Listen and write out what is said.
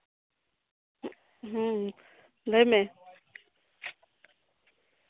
ᱦᱩᱸ ᱞᱟᱹᱭ ᱢᱮ